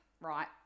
right